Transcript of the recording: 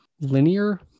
linear